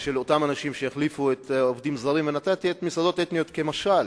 של אותם אנשים שיחליפו את העובדים הזרים ונתתי את המסעדות האתניות כמשל.